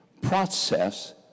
process